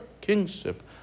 kingship